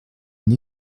une